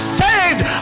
saved